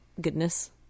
goodness